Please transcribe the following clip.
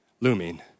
looming